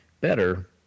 better